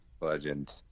legend